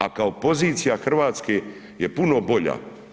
A kao pozicija Hrvatske je puno bolja.